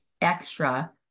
extra